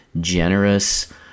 generous